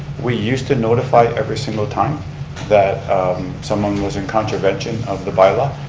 we used to notify every single time that someone was in contravention of the bylaw,